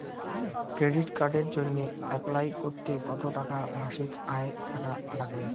Credit কার্ডের জইন্যে apply করিতে কতো টাকা মাসিক আয় থাকা নাগবে?